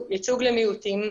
ייצוג למיעוטים,